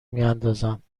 میاندازند